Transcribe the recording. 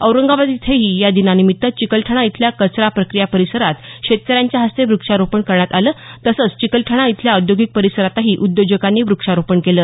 औरंगाबाद इथंही या दिनानिमित्त चिकलठाणा इथल्या कचरा प्रक्रिया परिसरात शेतकऱ्यांच्या हस्ते व्रक्षारोपण करण्यात आलं तसंच चिकलठाणा इथल्या औद्योगिक परिसरातही उद्योजकांनी व्रक्षारोपण केलं